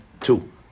two